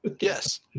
Yes